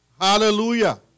Hallelujah